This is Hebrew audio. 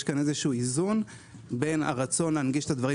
יש פה איזון בין הרצון להנגיש את הדברים